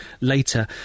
later